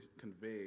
convey